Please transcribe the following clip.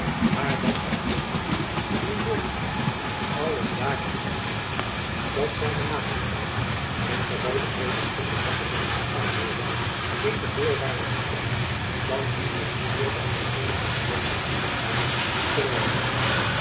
maar dat integendeel zijn lordschap alles daar heen wende dat zijne majesteit in geval de vredesonderhandelingen hervat worden geene voorwaarden stelle dan die met de eer der vereenigde gewesten bestaanbaar zijn jacob van lennep elizabeth musch terwijl ik